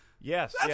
Yes